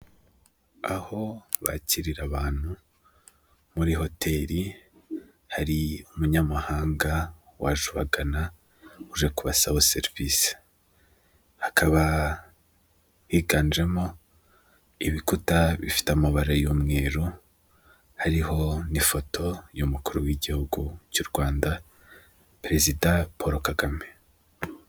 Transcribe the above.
Aho bakirira abantu muri hoteli, hari umunyamahanga waje ubagana uje kubasaba servisi, hakaba higanjemo ibikuta bifite amabara y'umweru, hariho n'ifoto y'umukuru w'igihugu cy'u Rwanda Perezida Paul Kagame.